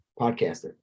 podcaster